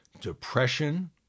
depression